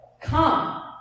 Come